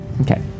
Okay